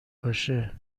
باشه